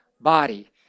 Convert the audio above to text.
body